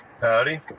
Howdy